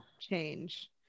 change